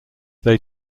they